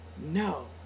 No